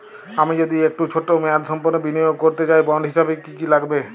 আমি যদি একটু ছোট মেয়াদসম্পন্ন বিনিয়োগ করতে চাই বন্ড হিসেবে কী কী লাগবে?